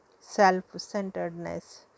self-centeredness